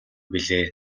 билээ